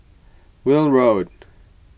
Welm Road